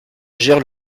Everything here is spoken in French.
gère